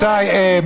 רבותיי,